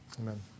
Amen